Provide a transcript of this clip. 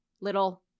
little